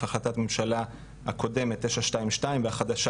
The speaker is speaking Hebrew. החלטת ממשלה קודמת שמספרה 922 והחדשה,